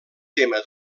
tema